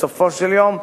בסופו של יום,